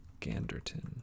Ganderton